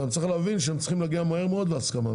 הם צריכים להבין שהם צריכים להגיע מהר מאוד להסכמה,